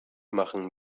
machen